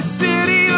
city